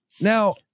Now